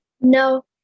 No